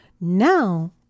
Now